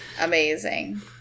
Amazing